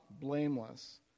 blameless